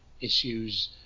issues